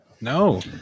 no